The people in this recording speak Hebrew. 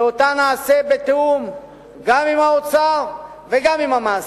שאותה נעשה בתיאום גם עם האוצר וגם עם המעסיקים.